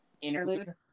interlude